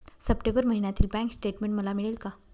September महिन्यातील bank statement मला मिळेल का?